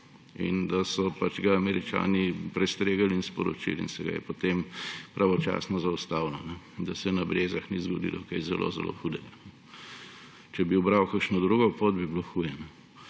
pa so ga Američani prestregli in sporočili, in se ga je potem pravočasno zaustavilo, da se na Brezjah ni zgodilo kaj zelo zelo hudega. Če bi ubral kakšno drugo pot, bi bilo huje.